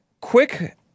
Quick